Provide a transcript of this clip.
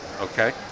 okay